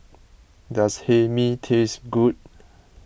does Hae Mee taste good